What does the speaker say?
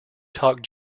talked